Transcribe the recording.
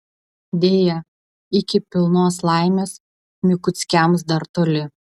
deja iki pilnos laimės mikuckiams dar toli